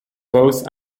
both